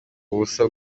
ubusa